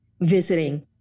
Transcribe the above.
visiting